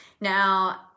now